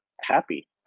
happy